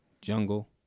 jungle